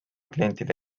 klientide